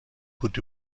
gut